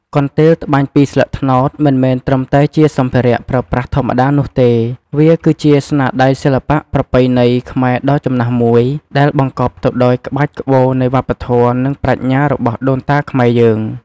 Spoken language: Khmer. កន្ទេលត្បាញពីស្លឹកត្នោត មិនមែនត្រឹមតែជាសម្ភារៈប្រើប្រាស់ធម្មតានោះទេ វាគឺជា ស្នាដៃសិល្បៈប្រពៃណីខ្មែរដ៏ចំណាស់មួយ ដែលបង្កប់ទៅដោយក្បាច់ក្បូរនៃវប្បធម៌ និងប្រាជ្ញារបស់ដូនតាខ្មែរយើង។